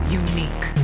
unique